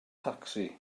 tacsi